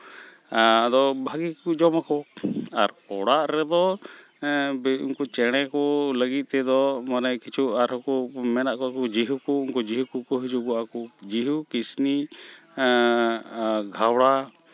ᱟᱫᱚ ᱵᱷᱟᱹᱜᱤ ᱜᱮᱠᱚ ᱡᱚᱢᱟᱠᱚ ᱟᱨ ᱚᱲᱟᱜ ᱨᱮᱫᱚ ᱩᱱᱠᱩ ᱪᱮᱬᱮ ᱠᱚ ᱞᱟᱹᱜᱤᱫ ᱛᱮᱫᱚ ᱢᱟᱱᱮ ᱠᱤᱪᱷᱩ ᱟᱨᱦᱚᱸ ᱠᱚ ᱢᱮᱱᱟᱜ ᱠᱚᱣᱟ ᱡᱤᱦᱩ ᱠᱚ ᱩᱱᱠᱩ ᱡᱤᱦᱩ ᱠᱚᱠᱚ ᱦᱤᱡᱩᱜᱚᱜᱼᱟ ᱠᱚ ᱡᱤᱦᱩ ᱠᱤᱥᱱᱤ ᱮᱜ ᱜᱷᱮᱸᱣᱲᱟ